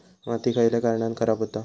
माती खयल्या कारणान खराब हुता?